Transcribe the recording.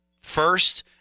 first